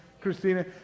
Christina